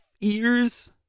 ears